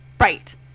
Right